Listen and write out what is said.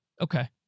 Okay